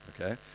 okay